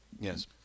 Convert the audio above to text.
Yes